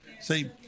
See